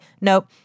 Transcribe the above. Nope